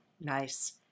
Nice